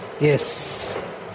Yes